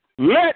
Let